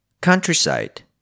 Countryside